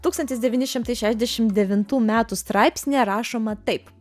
tūkstantis devyni šimtai šešiasdešimt devintų metų straipsnyje rašoma taip